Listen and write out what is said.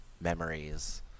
memories